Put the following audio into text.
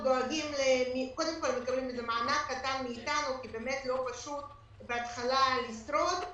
קודם כל הם מקבלים מענק קטן מאתנו כי לא פשוט בהתחלה לשרוד,